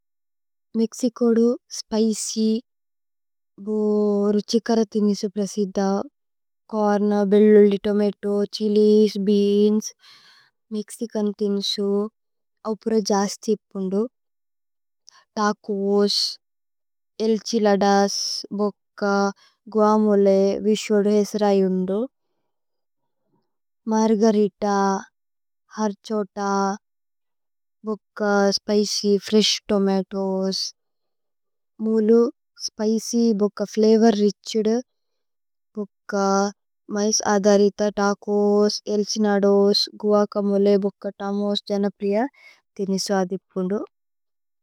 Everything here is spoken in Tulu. മേക്സികോദു സ്പിച്യ് ബു രുഛികര തിനിസു പ്രസിദ ചോര്ന്। ബേല്ലുല്ലി തോമതോ, ഛിലിസ്, ബേഅന്സ്, മേക്സിചന് തിന്സു। അവ്പുര ജസ്തിപുന്ദു, തചോസ്, ഏല്ഛി ലദസ്, ബുക്ക। ഗുഅമോലേ വിശുദു ഹേസരയുന്ദു മര്ഗരിത ഹര്ഛോത। ബുക്ക സ്പിച്യ് ഫ്രേശ് തോമതോഏസ് മുലു സ്പിച്യ് ബുക്ക ഫ്ലവോര്। രിഛുദു ബുക്ക മഏസ് അദരിത തചോസ് ഏല്ഛി ലദോസ്। ഗുഅമോലേ, ബുക്ക തമോസ്, ജനപ്രിയ, തിനിസു അദിപുന്ദു।